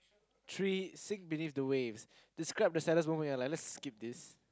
three seek beneath the waves describe the saddest moment in your life let's skip this